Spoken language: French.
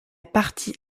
partie